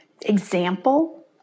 example